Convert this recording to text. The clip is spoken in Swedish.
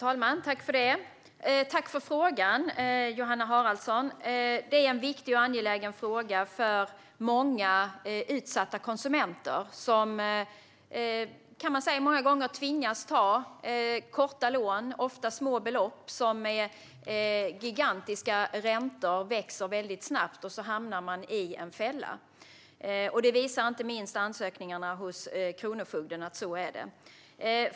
Herr talman! Tack, Johanna Haraldsson, för frågan, som är viktig och angelägen för många utsatta konsumenter som, kan man säga, många gånger tvingas ta korta lån på ofta små belopp med gigantiska räntor. Skulden växer väldigt snabbt, och så hamnar man i en fälla. Att det är på det sättet visar inte minst ansökningarna hos Kronofogden.